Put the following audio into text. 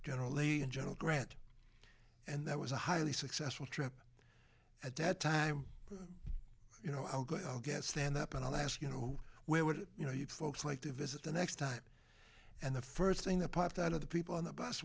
generally and general grant and that was a highly successful trip at that time you know i'll go i'll get stand up and i'll ask you know where would you know you folks like to visit the next time and the first thing that popped out of the people on the bus